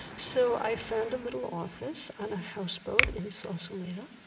so i found a little office on a houseboat in sausalito,